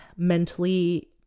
mentally